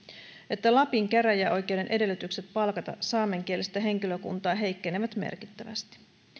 että lapin käräjäoikeuden edellytykset palkata saamenkielistä henkilökuntaa heikkenevät merkittävästi